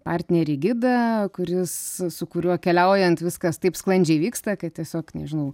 partnerį gidą kuris su kuriuo keliaujant viskas taip sklandžiai vyksta kai tiesiog nežinau